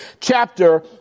chapter